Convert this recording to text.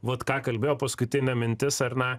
vat ką kalbėjo paskutinė mintis ar ne